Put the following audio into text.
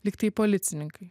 lygtai policininkai